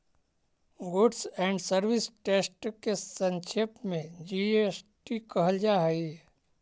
goods and service test के संक्षेप में जी.एस.टी कहल जा हई